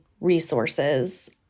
resources